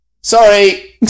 Sorry